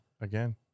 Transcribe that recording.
again